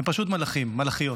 הם פשוט מלאכים ומלאכיות.